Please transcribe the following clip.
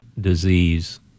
disease